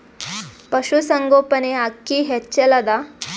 ಪಶುಸಂಗೋಪನೆ ಅಕ್ಕಿ ಹೆಚ್ಚೆಲದಾ?